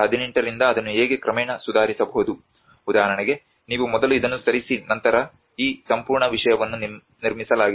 2018 ರಿಂದ ಅದನ್ನು ಹೇಗೆ ಕ್ರಮೇಣ ಸುಧಾರಿಸಬಹುದು ಉದಾಹರಣೆಗೆ ನೀವು ಮೊದಲು ಇದನ್ನು ಸರಿಸಿ ನಂತರ ನಂತರ ಈ ಸಂಪೂರ್ಣ ವಿಷಯವನ್ನು ನಿರ್ಮಿಸಲಾಗಿದೆ